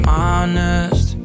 honest